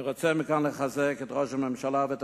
אני רוצה מכאן לחזק את ראש הממשלה ואת